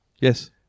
yes